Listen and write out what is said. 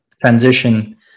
transition